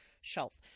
shelf